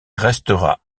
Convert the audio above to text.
restera